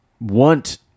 want